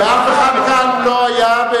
כי אף אחד כאן לא היה,